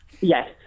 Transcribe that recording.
Yes